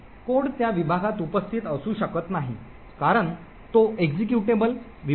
code त्या विभागात उपस्थित असू शकत नाही कारण तो कार्यवाहीयोग्य विभाग नाही